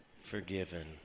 forgiven